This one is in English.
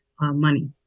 money